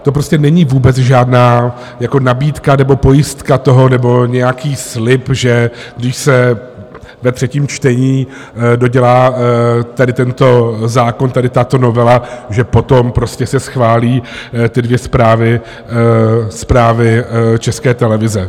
To prostě není vůbec žádná jako nabídka nebo pojistka toho, nebo nějaký slib, že když se ve třetím čtení dodělá tady tento zákon, tato novela, že potom se schválí ty dvě zprávy České televize.